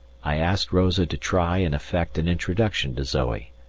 i asked rosa to try and effect an introduction to zoe,